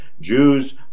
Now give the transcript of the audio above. Jews